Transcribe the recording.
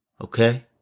Okay